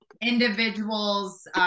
individuals